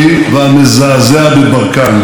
(חברת הכנסת תמר זנדברג יוצאת מאולם